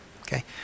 Okay